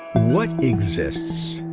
what exists?